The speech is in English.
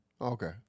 Okay